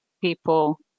people